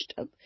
up